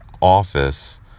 office